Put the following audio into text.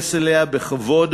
שנתייחס אליה בכבוד,